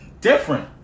Different